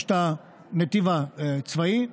יש את הנתיב הצבאי,